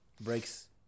breaks